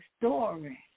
story